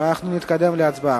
ואנחנו נתקדם להצבעה.